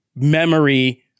Memory